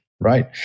right